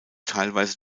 teilweise